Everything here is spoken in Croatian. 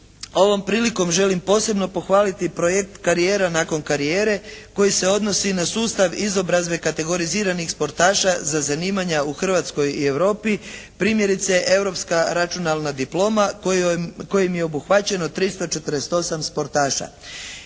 ovom prilikom želim posebno pohvaliti projekt "Karijera nakon karijere" koji se odnosi na sustav izobrazbe kategoriziranih sportaša za zanimanja u Hrvatskoj i u Europi. Primjerice europska računalna diploma kojim je obuhvaćeno 348 sportaša.